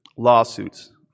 Lawsuits